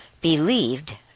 believed